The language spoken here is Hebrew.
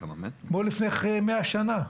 כמו לפני 100 שנה.